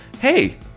Hey